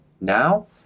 Now